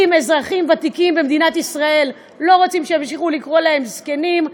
אם אזרחים ותיקים במדינת ישראל לא רוצים שימשיכו לקרוא להם "זקנים",